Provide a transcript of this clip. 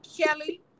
kelly